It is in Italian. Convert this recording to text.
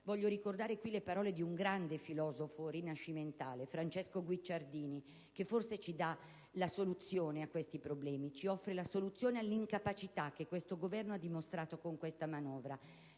voglio ricordare qui le parole di un grande filosofo rinascimentale, Francesco Guicciardini, che forse ci offre la soluzione a questi problemi, all'incapacità che questo Governo ha dimostrato con questa manovra.